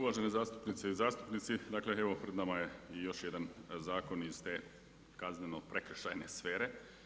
Uvažene zastupnice i zastupnici, dakle evo pred nama je još jedan zakon iz te kazneno-prekršajne sfere.